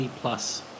plus